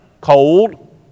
cold